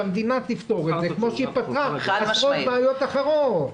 שהמדינה תפתור את זה כפי שפתרה עשרות בעיות אחרות.